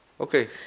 Okay